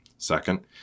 Second